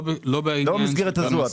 לא במסגרת הזו.